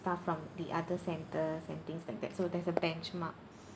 staff from the other centres and things like that so there's a benchmark